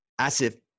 ASIF